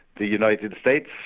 the united states,